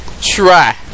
Try